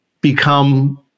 become